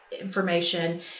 information